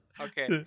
Okay